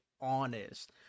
honest